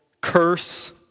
curse